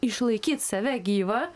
išlaikyt save gyvą